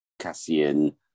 Cassian